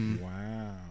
Wow